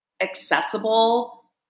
accessible